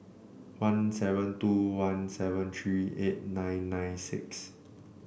one seven two one seven three eight nine nine six